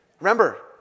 remember